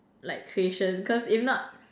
like creation cause if not